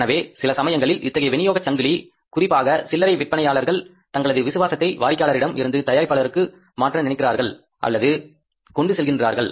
எனவே சில சமயங்களில் இத்தகைய விநியோகச் சங்கிலி குறிப்பாக சில்லறை விற்பனையாளர்கள் தங்களது விசுவாசத்தை வாடிக்கையாளர்களிடம் இருந்து தயாரிப்பாளர்களுக்கு மாற்ற நினைக்கிறார்கள் அல்லது கொண்டு செல்கின்றார்கள்